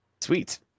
Sweet